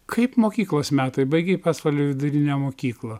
kaip mokyklos metai baigei pasvalio vidurinę mokyklą